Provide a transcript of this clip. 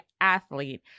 athlete